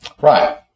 Right